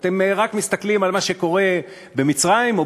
ואתם רק מסתכלים על מה שקורה במצרים או